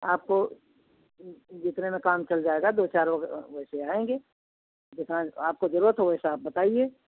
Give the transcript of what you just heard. आप जितने में काम चल जायगा दो चार लोग वैसे आएंगे जितना आपको जरूरत हो वैसा आप बताइए